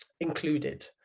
included